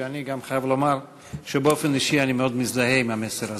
ואני גם חייב לומר שבאופן אישי אני מאוד מזדהה עם המסר הזה.